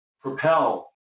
propel